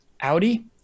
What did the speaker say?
Audi